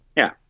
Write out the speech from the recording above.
yeah.